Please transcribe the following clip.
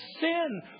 sin